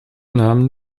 nahm